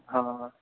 ਹਾਂ